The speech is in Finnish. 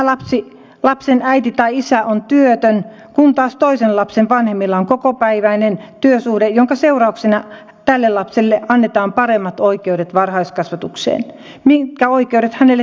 tämän lapsen äiti tai isä on työtön kun taas toisen lapsen vanhemmilla on kokopäiväinen työsuhde jonka seurauksena tälle lapselle annetaan paremmat oikeudet varhaiskasvatukseen mitkä oikeudet hänelle tuleekin taata